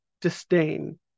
disdain